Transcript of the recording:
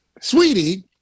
Sweetie